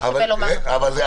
אולי שווה לומר --- סליחה.